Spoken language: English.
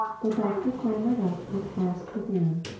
the doctor clambered up and passed within.